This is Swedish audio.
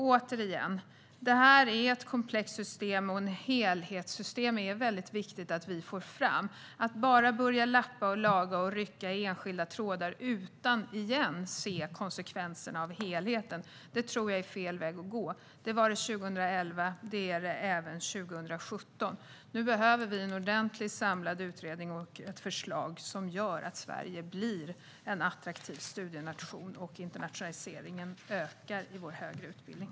Återigen: Det är ett komplext system, och det är viktigt att vi får fram ett helhetssystem. Att bara lappa och laga och rycka i enskilda trådar utan att se konsekvenserna av helheten är fel väg att gå. Det var det 2011, och det är det även 2017. Vi behöver en ordentlig, samlad utredning och ett förslag som gör att Sverige blir en attraktiv studienation och att internationaliseringen ökar i vår högre utbildning.